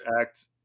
act